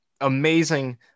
amazing